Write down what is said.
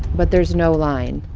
but there's no line.